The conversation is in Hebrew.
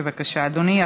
בבקשה, אדוני.